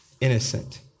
innocent